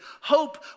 hope